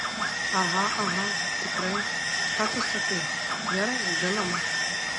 aha aha tikrai ką tu sakai gerai žinoma